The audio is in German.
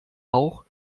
auch